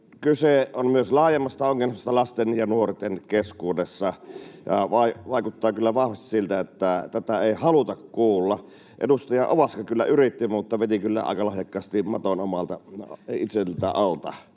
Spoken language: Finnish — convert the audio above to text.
kyse on myös laajemmasta ongelmasta lasten ja nuorten keskuudessa, ja vaikuttaa kyllä vahvasti siltä, että tätä ei haluta kuulla. Edustaja Ovaska kyllä yritti mutta veti aika lahjakkaasti maton itseltään alta.